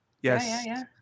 Yes